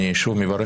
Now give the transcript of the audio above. אני מברך